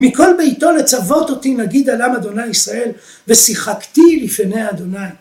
מכל ביתו לצוות אותי נגיד עליו ה' ישראל ושיחקתי לפני ה'